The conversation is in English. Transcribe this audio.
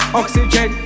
oxygen